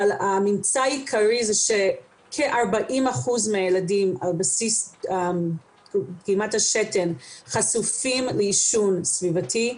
הוא שכ-40 אחוזים מהילדים על בסיס דגימת השתן חשופים לעישון סביבתי.